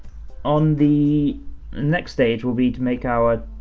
on the next stage will be to make our,